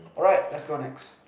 alright let's go on next